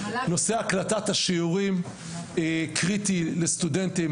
נושא הקלטת השיעורים הוא קריטי לסטודנטים.